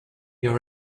your